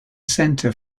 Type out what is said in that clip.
centre